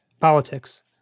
politics